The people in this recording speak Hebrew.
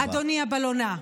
אדוני הבלונה.